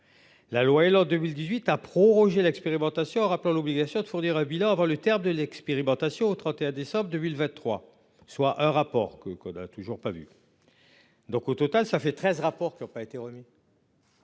La loi an 2018 à proroger l'expérimentation rappelant l'obligation de fournir un bilan avant le terme de l'expérimentation au 31 décembre 2023, soit un rapport que qu'on a toujours pas vu. Donc au total ça fait 13, rapport qui ont pas été remis.